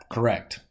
Correct